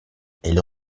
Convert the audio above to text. elles